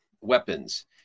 weapons